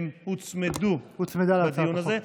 הוצמדה להצעת החוק הזאת.